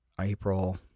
April